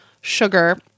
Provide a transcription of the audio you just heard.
sugar